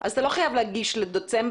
אז אתה לא חייב להגיש לדצמבר,